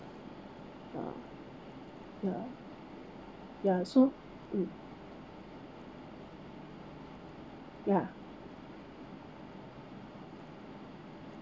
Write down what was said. ya ya ya so mm ya